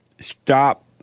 Stop